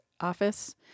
Office